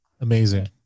amazing